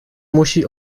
musi